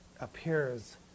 appears